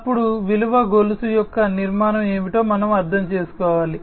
అప్పుడు విలువ గొలుసు యొక్క నిర్మాణం ఏమిటో మనం అర్థం చేసుకోవాలి